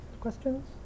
Questions